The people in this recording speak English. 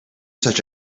such